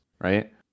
right